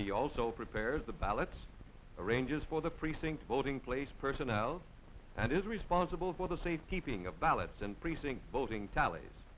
he also prepares the ballots arranges for the precinct voting place personnel and is responsible for the safety being of ballots and precinct voting tallies